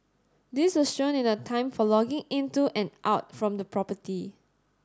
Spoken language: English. this was shown in the time for logging into and out from the property